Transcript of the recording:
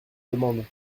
demande